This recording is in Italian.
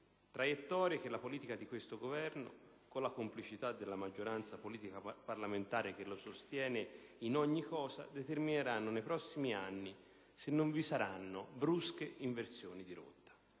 traiettorie che la politica di questo Governo, con la complicità della maggioranza politica parlamentare che lo sostiene in ogni cosa, determineranno nei prossimi anni se non vi saranno brusche inversioni di rotta.